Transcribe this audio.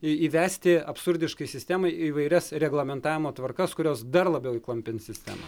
įvesti absurdiškai sistemai įvairias reglamentavimo tvarkas kurios dar labiau įklampins sistemą